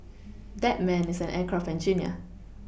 that man is an aircraft engineer